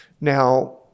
now